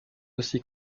aussi